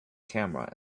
camera